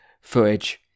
footage